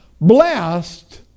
blessed